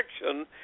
protection